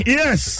yes